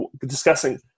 discussing